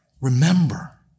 Remember